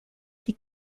die